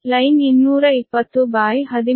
line 220 13